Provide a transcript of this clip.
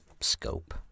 scope